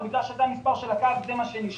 אבל בגלל שזה המספר של הקו זה מה שנשאר.